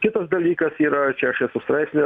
kitas dalykas yra čia aš esu straipsnį